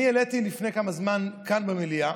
העליתי לפני כמה זמן שאלה כאן במליאה,